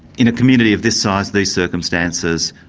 in a community of this size, these circumstances,